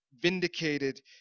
vindicated